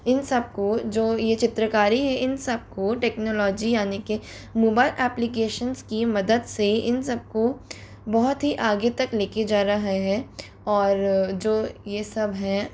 इन सब को जो ये चित्रकारी है इन सबको टेक्नोलॉजी यानि कि मोबाइल एप्लीकेशंस की मदद से इन सबको बहुत ही आगे तक लेके जा रहे है और जो ये सब हैं